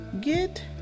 get